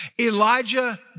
Elijah